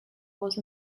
was